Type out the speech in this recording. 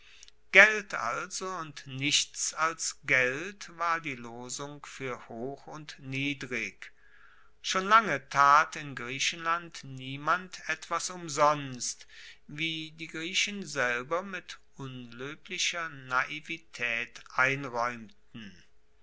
geld also und nichts als geld war die losung fuer hoch und niedrig schon lange tat in griechenland niemand etwas umsonst wie die griechen selber mit unloeblicher naivitaet einraeumten